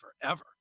forever